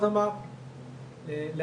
לפחות הלכנו גם אחרי מה שנהוג בעולם וגם